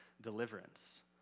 deliverance